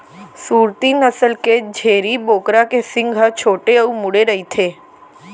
सूरती नसल के छेरी बोकरा के सींग ह छोटे अउ मुड़े रइथे